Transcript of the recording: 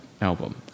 album